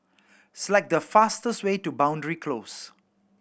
select the fastest way to Boundary Close